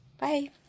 Bye